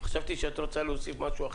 חשבתי שאת רוצה להוסיף משהו אחר.